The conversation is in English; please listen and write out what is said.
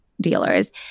dealers